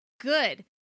Good